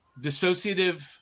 Dissociative